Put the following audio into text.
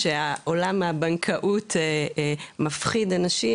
שעולם הבנקאות מפחיד אנשים,